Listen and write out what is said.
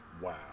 Wow